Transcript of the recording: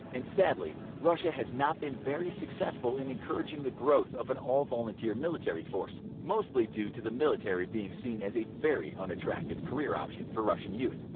and sadly russia has not been very successful in encouraging the growth of an all-volunteer military force, mostly due to the military being seen as a very unattractive career option for russian youth.